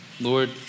Lord